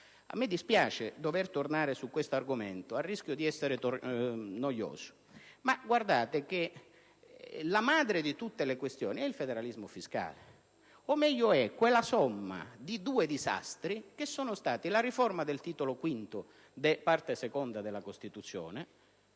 A me dispiace dover tornare su questo argomento, a rischio di essere noioso, ma la madre di tutte le questioni è il federalismo fiscale o, meglio, quella somma di due disastri rappresentati dalla riforma del Titolo V della Parte II della Costituzione,